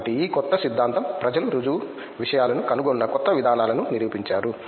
కాబట్టి ఈ క్రొత్త సిద్ధాంతం ప్రజలు రుజువు విషయాలను కనుగొన్న కొత్త విధానాలను నిరూపించారు